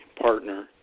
partner